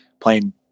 playing